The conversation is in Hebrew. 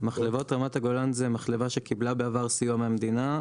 מחלבת רמת הגולן זו מחלבה שקיבלה בעבר סיוע מהמדינה.